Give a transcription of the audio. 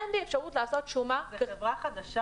אין לי אפשרות לעשות שומה --- זו חברה חדשה?